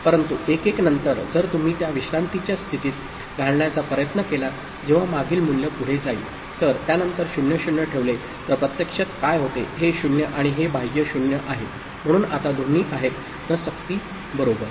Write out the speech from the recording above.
परंतु 1 1 नंतर जर तुम्ही त्या विश्रांतीच्या स्थितीत घालण्याचा प्रयत्न केलात जेव्हा मागील मूल्य पुढे जाईल तर त्यानंतर 0 0 ठेवले तर प्रत्यक्षात काय होते हे 0 आणि हे बाह्य 0 आहे म्हणून आता दोन्ही आहेत न सक्ती बरोबर